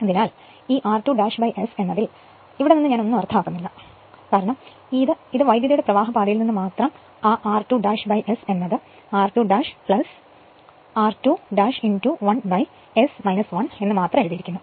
അതിനാൽ ഈ r2 S എന്നതിൽ നിന്ന് ഞാൻ ഒന്നും അർത്ഥമാക്കുന്നില്ല ഈ വൈദ്യുതിയുടെ പ്രവാഹപാതയിൽ നിന്ന് മാത്രം ആ r2 S എന്നത് r2 r2 1S 1 എന്ന് മാത്രം എഴുതിയിരിക്കുന്നു